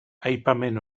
aipamen